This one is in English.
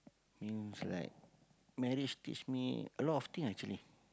means like marriage teach me a lot of thing actually